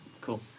cool